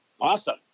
awesome